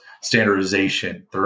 standardization